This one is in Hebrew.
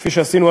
כפי שעשינו,